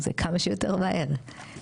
זה כמה שיותר מהר.